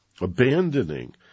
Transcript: abandoning